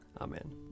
Amen